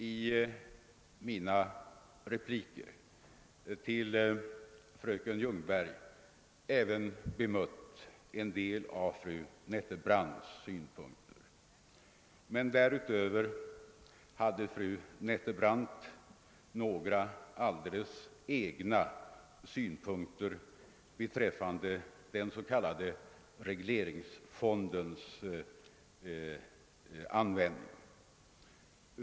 I mina repliker till fröken Ljungberg har jag redan bemött en del av fru Nettelbrandts synpunkter, men därutöver anförde fru Nettelbrandt några alldeles egna reflektioner beträffande den s.k. regleringsfondens användning.